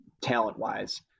talent-wise